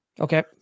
Okay